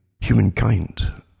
humankind